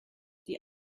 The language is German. die